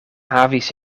havis